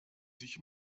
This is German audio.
sich